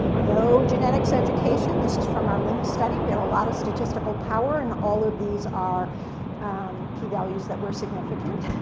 no genetics education. this is from our minc study. we had a lot of statistical power, and all of these are p-values that were significant.